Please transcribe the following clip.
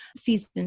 season